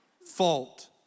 fault